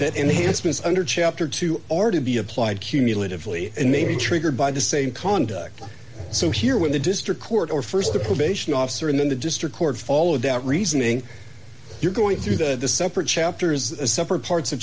that enhancements under chapter two are to be applied cumulatively and may be triggered by the same conduct so here when the district court or st the probation officer in the district court followed that reasoning you're going through the separate chapters separate parts of